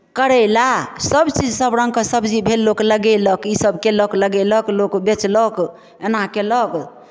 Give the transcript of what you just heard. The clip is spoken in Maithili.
करैला सभचीज सभ रङ्गके सब्जी भेल लोक लगेलक ईसभ कयलक लगेलक लोक बेचलक एना कयलक